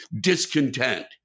discontent